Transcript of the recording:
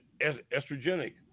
estrogenic